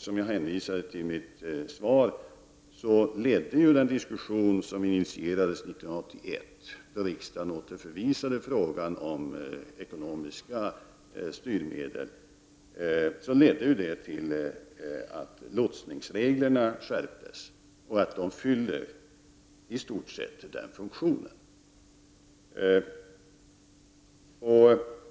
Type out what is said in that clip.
Som jag sade i mitt svar ledde den diskussion som initierades 1981, då riksdagen åter förvisade frågan om ekonomiska styrmedel, till att lotsningsreglerna skärptes. Dessa fyller i stort sett denna funktion.